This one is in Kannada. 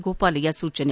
ಗೋಪಾಲಯ್ವ ಸೂಚನೆ